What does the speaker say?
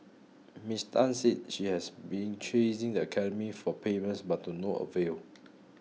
Miss Tan said she has been chasing the academy for payments but to no avail